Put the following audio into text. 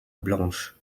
blanche